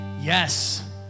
yes